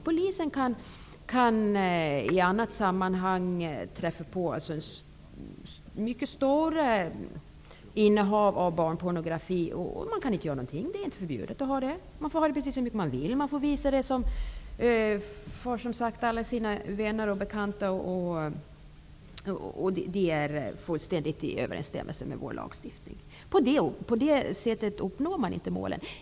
Polisen kan i olika sammanhang träffa på mycket stora innehav av barnpornografi. De kan inte göra något. Innehavet är inte förbjudet. De som har tillgång till pornografin kan göra vad de vill, t.ex. visa den för sina vänner och bekanta -- och det är fullständigt i överensstämmelse med vår lagstiftning. På det sättet nås inte målen.